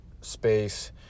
space